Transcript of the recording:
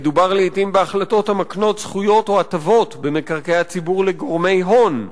מדובר לעתים בהחלטות המקנות זכויות או הטבות במקרקעי הציבור לגורמי הון.